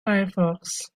firefox